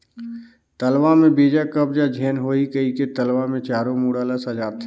तलवा में बेजा कब्जा झेन होहि कहिके तलवा मे चारों मुड़ा ल सजाथें